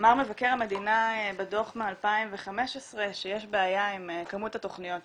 אמר מבקר המדינה בדוח מ-2015 שיש בעיה עם כמות התכניות שמופיעות,